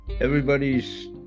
Everybody's